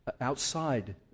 outside